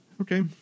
Okay